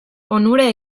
onura